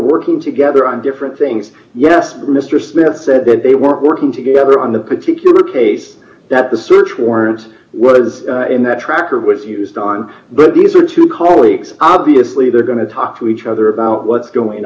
working together on different things yes mr smith said that they were working together on the particular case that the search warrants was in that track or was used on but these are two colleagues obviously they're going to talk to each other about what's going